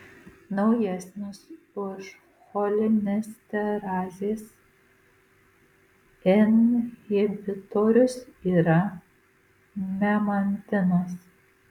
naujesnis už cholinesterazės inhibitorius yra memantinas